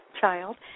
child